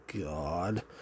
God